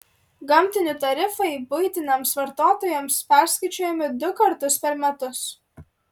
gamtinių tarifai buitiniams vartotojams perskaičiuojami du kartus per metus